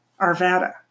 Arvada